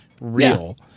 real